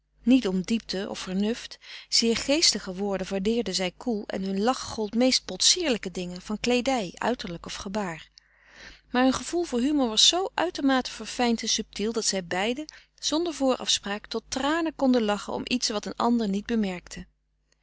niet om diepte of vernuft zeer geestige woorden waardeerden zij koel en hun lach gold meest potsierlijke dingen van kleedij uiterlijk of gebaar maar hun gevoel voor humor was zoo uitermate verfijnd en subtiel dat zij beiden zonder voorafspraak tot tranen konden lachen om iets wat een ander niet bemerkte